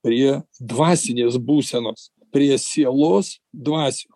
prie dvasinės būsenos prie sielos dvasios